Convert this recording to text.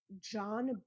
john